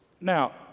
Now